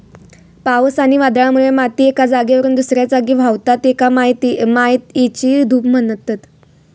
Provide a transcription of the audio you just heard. पावस आणि वादळामुळे माती एका जागेवरसून दुसऱ्या जागी व्हावता, तेका मातयेची धूप म्हणतत